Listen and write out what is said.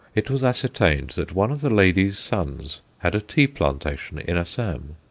it was ascertained that one of the lady's sons had a tea-plantation in assam.